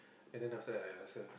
and then after that I ask her